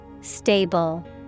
Stable